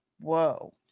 whoa